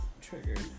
triggered